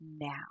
now